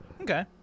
Okay